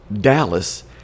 Dallas